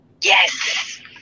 Yes